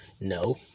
No